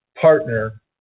partner